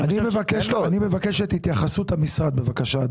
אני מבקש את התייחסות המשרד בבקשה.